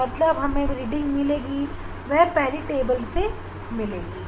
इस तरह से अब हम जो भी रीडिंग लेंगे उसे बनाई हुई पहली टेबल में लिख लेंगे